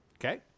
Okay